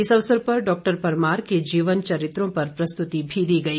इस अवसर पर डॉक्टर परमार के जीवन चरित्रों पर प्रस्तुति भी दी गई